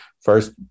first